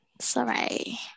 Sorry